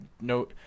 no